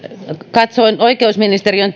katsoin oikeusministeriön